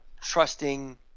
trusting